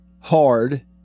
hard